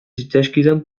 zitzaizkidan